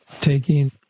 taking